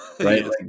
right